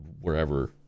wherever